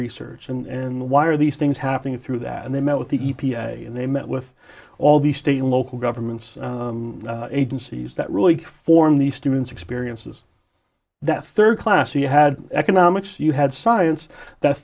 research and why are these things happening through that and they met with the e p a and they met with all the state and local governments agencies that really could form these students experiences that third class you had economics you had science that